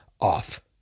off